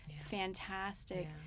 fantastic